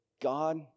God